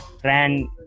friend